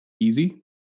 easy